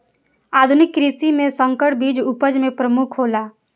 आधुनिक कृषि में संकर बीज उपज में प्रमुख हौला